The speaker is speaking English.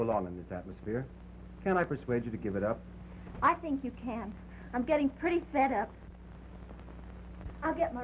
belong in this atmosphere and i persuade you to give it up i think you can i'm getting pretty sad apps i get my